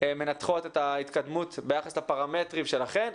מנתחות את ההתקדמות ביחס לפרמטרים שלכן,